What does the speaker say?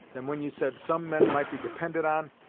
than when you said some men might be depended on,